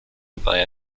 dabei